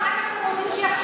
ואחר כך אתם רוצים שיכשירו,